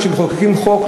כשאנחנו מחוקקים חוק,